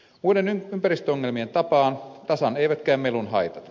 muiden ympäristöongelmien tapaan tasan eivät käy melun haitat